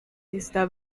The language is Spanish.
esta